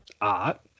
art